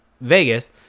vegas